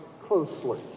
closely